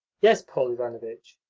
yes, paul ivanovitch.